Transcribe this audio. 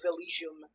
Elysium